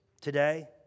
Today